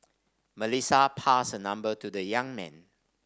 Melissa passed her number to the young man